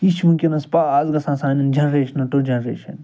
یہِ چھُ وُنٛکیٚس پاس گَژھان سانیٚن جنریشنَن ٹُو جنریشَن